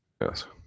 Yes